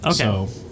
okay